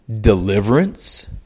deliverance